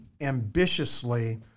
ambitiously